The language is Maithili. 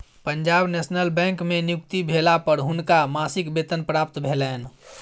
पंजाब नेशनल बैंक में नियुक्ति भेला पर हुनका मासिक वेतन प्राप्त भेलैन